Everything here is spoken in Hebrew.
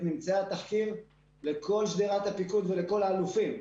ממצאיו לכל שדרות הפיקוד ולכל האלופים.